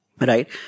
right